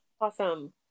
awesome